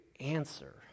answer